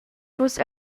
fuss